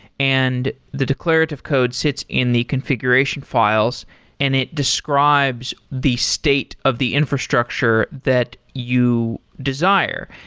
and the declarative code sits in the configuration files and it describes the state of the infrastructure that you desire.